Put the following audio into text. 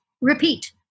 repeat